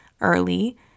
early